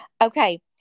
Okay